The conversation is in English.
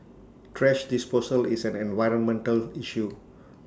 thrash disposal is an environmental issue